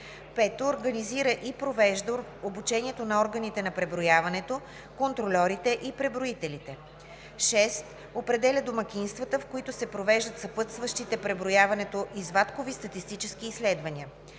5. организира и провежда обучението на органите на преброяването, контрольорите и преброителите; 6. определя домакинствата, в които се провеждат съпътстващите преброяването извадкови статистически изследвания;